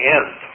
end